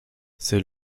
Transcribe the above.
c’est